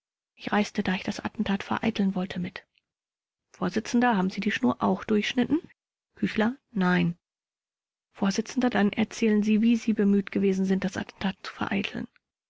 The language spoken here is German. ich reiste da ich das attentat vereiteln wollte mit vors haben sie die schnur auch durchschnitten küchler nein vors dann erzählen sie wie sie bemüht gewesen sind das attentat zu vereiteln